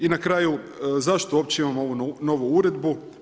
I na kraju zašto uopće imamo ovu novu uredbu?